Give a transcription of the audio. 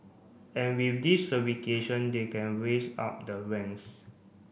and with this they can raise up the ranks